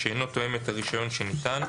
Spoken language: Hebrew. שאינו תואם את הרישיון שניתן,